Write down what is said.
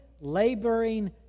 laboring